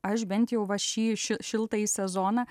aš bent jau va šį ši šiltąjį sezoną